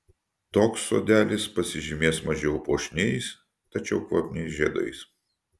toks sodelis pasižymės mažiau puošniais tačiau kvapniais žiedais